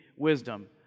Wisdom